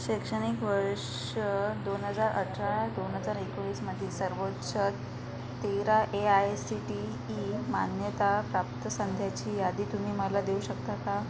शैक्षणिक वर्ष दोन हजार अठरा दोन हजार एकोणीसमधील सर्वोच्च तेरा A I C T E मान्यताप्राप्त संस्थांची यादी तुम्ही मला देऊ शकता का